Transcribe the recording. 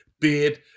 beard